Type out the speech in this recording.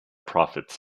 profits